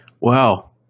Wow